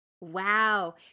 wow